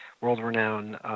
world-renowned